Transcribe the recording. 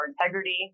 integrity